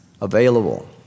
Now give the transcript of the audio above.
available